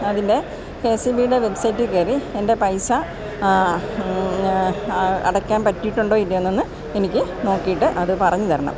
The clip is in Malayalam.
അതിൻ്റെ കെ എസ് ഇ ബിയുടെ വെബ്സൈറ്റില് കയറി എൻ്റെ പൈസ അടയ്ക്കാൻ പറ്റിയിട്ടുണ്ടോ ഇല്ലിയോന്നൊന്ന് എനിക്ക് നോക്കിയിട്ട് അത് പറഞ്ഞുതരണം